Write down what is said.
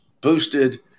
boosted